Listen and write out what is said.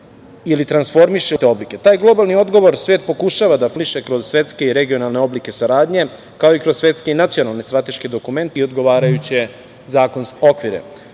ili transformiše u različite oblike. Taj globalni odgovor svet pokušava da formuliše kroz svetske i regionalne oblike saradnje, kao i kroz svetske i nacionalne strateške dokumente i odgovarajuće zakonske okvire. Borba